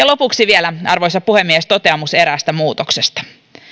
lopuksi vielä arvoisa puhemies toteamus eräästä muutoksesta